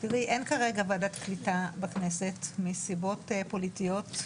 תראי, אין כרגע ועדת קליטה בכנסת מסיבות פוליטיות.